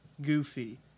goofy